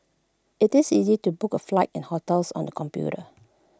IT is easy to book A flights and hotels on the computer